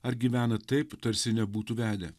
ar gyvena taip tarsi nebūtų vedę